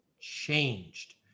changed